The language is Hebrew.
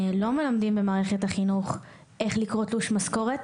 לא מלמדים במערכת החינוך איך לקרוא תלוש משכורת,